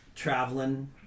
traveling